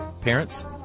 Parents